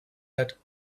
that